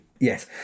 Yes